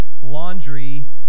laundry